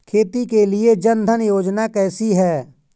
खेती के लिए जन धन योजना कैसी है?